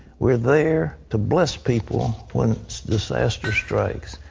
we're there to bless people when disaster strikes.